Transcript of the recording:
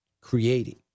creating